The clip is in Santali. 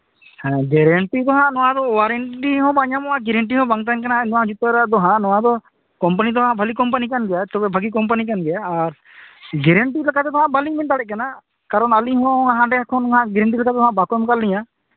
ᱦᱮᱸ ᱜᱮᱨᱮᱱᱴᱤ ᱫᱚ ᱦᱚᱸᱜ ᱱᱚᱣᱟ ᱚᱣᱟᱨᱮᱱᱴᱤ ᱦᱚᱸ ᱵᱟᱝ ᱧᱟᱢᱚᱜᱼᱟ ᱟᱨ ᱜᱮᱨᱮᱱᱴᱤ ᱦᱚᱸ ᱵᱟᱝ ᱛᱟᱦᱮᱱ ᱠᱟᱱᱟ ᱱᱚᱣᱟ ᱡᱩᱛᱟᱹ ᱨᱮᱫᱚ ᱦᱟᱸᱜ ᱱᱚᱣᱟ ᱫᱚ ᱠᱳᱢᱯᱟᱱᱤ ᱫᱚ ᱦᱟᱸᱜ ᱵᱷᱟᱹᱞᱤ ᱠᱳᱢᱯᱟᱱᱤ ᱠᱟᱱ ᱜᱮᱭᱟ ᱛᱚᱵᱮ ᱵᱷᱟᱹᱜᱤ ᱠᱳᱢᱯᱟᱱᱤ ᱠᱟᱱ ᱜᱮᱭᱟ ᱟᱨ ᱜᱮᱨᱮᱢᱴᱤ ᱞᱮᱠᱟᱛᱮᱫᱚ ᱦᱟᱸᱜ ᱵᱟᱹᱞᱤᱧ ᱢᱮᱱ ᱫᱟᱲᱮᱜ ᱠᱟᱱᱟ ᱠᱟᱨᱚᱱ ᱟᱹᱞᱤᱧ ᱦᱚᱸ ᱦᱟᱸᱰᱮ ᱠᱷᱚᱱ ᱦᱟᱸᱜ ᱜᱮᱨᱮᱱᱴᱤ ᱞᱮᱠᱟ ᱫᱚ ᱵᱟᱠᱚ ᱮᱢ ᱟᱠᱟᱜ ᱞᱤᱧᱟᱹ